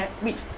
which